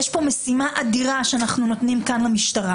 אם כן, יש כאן משימה אדירה שאנחנו נותנים למשטרה.